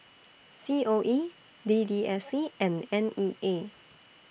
C O E D D S C and N E A